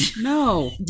No